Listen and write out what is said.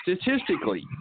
statistically